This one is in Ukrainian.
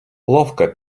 ловка